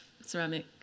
ceramic